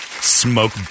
Smoke